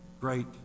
great